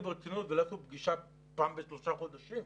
ברצינות ולא יעשו פגישה פעם בשלושה חודשים,